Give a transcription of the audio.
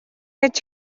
гэж